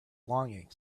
longing